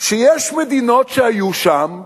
שיש מדינות שהיו שם ויצאו.